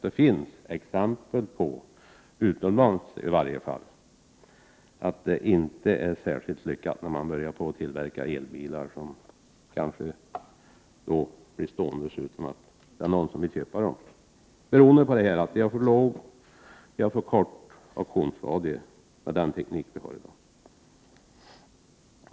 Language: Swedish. Det finns exempel från utlandet att det inte har varit särskilt lyckat att tillverka elbilar. De har blivit stående, och ingen har velat köpa dem beroende på att de har för kort aktionsradie med nuvarande teknik.